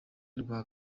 rwa